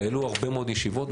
היו הרבה מאוד ישיבות.